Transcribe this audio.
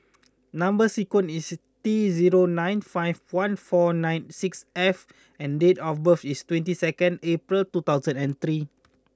number sequence is T zero nine five one four nien six F and date of birth is twenty second April two thousand and three